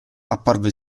apparve